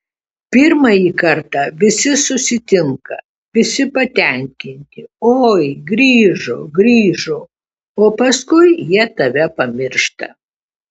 pirmąjį kartą visi susitinka visi patenkinti oi grįžo grįžo o paskui jie tave pamiršta